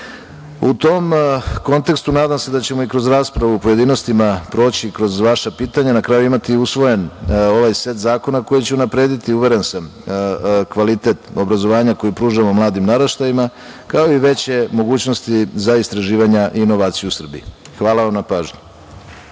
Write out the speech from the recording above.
tom kontekstu nadam se da ćemo i kroz raspravu u pojedinostima proći kroz vaša pitanja i na kraju imati usvojen ovaj set zakona koji će unaprediti, uveren sam, kvalitet obrazovanja koji pružamo mladim naraštajima, kao i veće mogućnosti za istraživanja i inovacije u Srbiji. Hvala vam na pažnji.